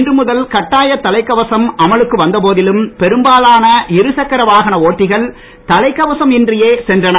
இன்று முதல் கட்டாய தலைக்கவசம் அமலுக்கு வந்த போதிலும் பெரும்பாலான இருசக்கர வாகன ஓட்டிகள் தலைக்கவசம் இன்றியே சென்றனர்